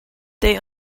they